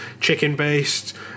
chicken-based